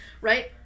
right